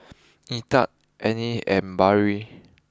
Edith Anne and Barrie